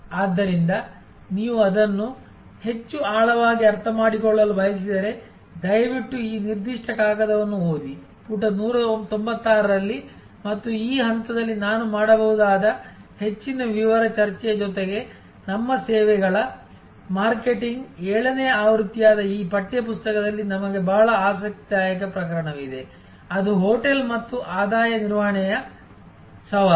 ಆದ್ದರಿಂದ ನೀವು ಅದನ್ನು ಹೆಚ್ಚು ಆಳವಾಗಿ ಅರ್ಥಮಾಡಿಕೊಳ್ಳಲು ಬಯಸಿದರೆ ದಯವಿಟ್ಟು ಈ ನಿರ್ದಿಷ್ಟ ಕಾಗದವನ್ನು ಓದಿ ಪುಟ 196 ರಲ್ಲಿ ಮತ್ತು ಈ ಹಂತದಲ್ಲಿ ನಾನು ಮಾಡಬಹುದಾದ ಹೆಚ್ಚಿನ ವಿವರ ಚರ್ಚೆಯ ಜೊತೆಗೆ ನಮ್ಮ ಸೇವೆಗಳ ಮಾರ್ಕೆಟಿಂಗ್ ಏಳನೇ ಆವೃತ್ತಿಯಾದ ಈ ಪಠ್ಯ ಪುಸ್ತಕದಲ್ಲಿ ನಮಗೆ ಬಹಳ ಆಸಕ್ತಿದಾಯಕ ಪ್ರಕರಣವಿದೆ ಅದು ಹೋಟೆಲ್ ಮತ್ತು ಆದಾಯ ನಿರ್ವಹಣೆಯ ಸವಾಲು